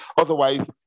Otherwise